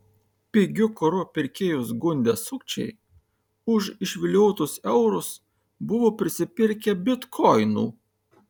pigiu kuru pirkėjus gundę sukčiai už išviliotus eurus buvo prisipirkę bitkoinų